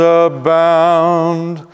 abound